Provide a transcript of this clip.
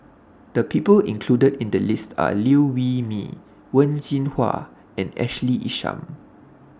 The People included in The list Are Liew Wee Mee Wen Jinhua and Ashley Isham